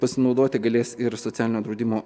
pasinaudoti galės ir socialinio draudimo